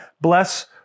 bless